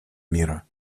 мира